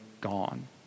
gone